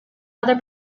other